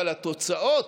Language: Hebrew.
אבל התוצאות,